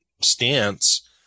stance